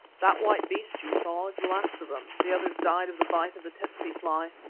that white beast you saw is the last of them the others died of the bite of the tsetse fly.